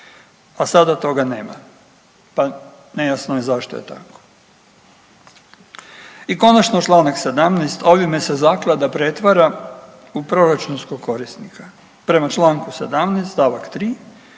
a sada toga nema, pa nejasno je zašto je tako. I konačno čl. 17., ovime se zaklada pretvara u proračunskog korisnika, prema čl. 17. st. 3.